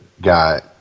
got